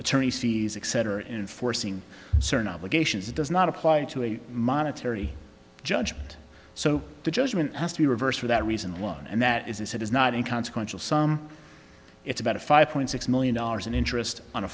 attorneys fees etc enforcing certain obligations does not apply to a monetary judgment so the judgment has to be reversed for that reason alone and that is this it is not inconsequential some it's about a five point six million dollars in interest on a